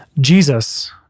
Jesus